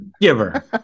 Giver